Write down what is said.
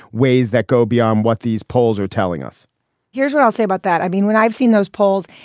ways that go beyond what these polls are telling us here's what i'll say about that. i mean, when i've seen those polls,